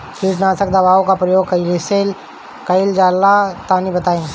कीटनाशक दवाओं का प्रयोग कईसे कइल जा ला तनि बताई?